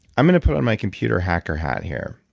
i'm going to put on my computer hacker hat here.